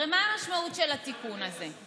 הרי מה המשמעות של התיקון הזה?